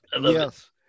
Yes